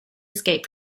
escape